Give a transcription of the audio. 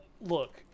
look